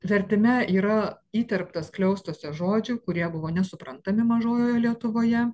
vertime yra įterpta skliaustuose žodžių kurie buvo nesuprantami mažojoje lietuvoje